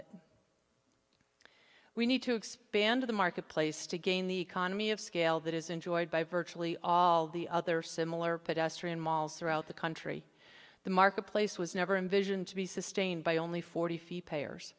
it we need to expand the marketplace to gain the economy of scale that is enjoyed by virtually all the other similar pedestrian malls throughout the country the marketplace was never envisioned to be sustained by only forty feet payors